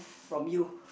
from you